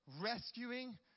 rescuing